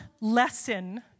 lesson